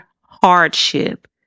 hardship